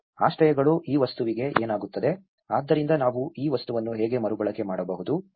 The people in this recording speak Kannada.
ಆಶ್ರಯಗಳು ಈ ವಸ್ತುವಿಗೆ ಏನಾಗುತ್ತದೆ ಆದ್ದರಿಂದ ನಾವು ಈ ವಸ್ತುವನ್ನು ಹೇಗೆ ಮರುಬಳಕೆ ಮಾಡಬಹುದು